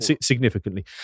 significantly